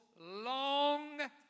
long